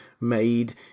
made